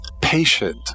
patient